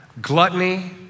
Gluttony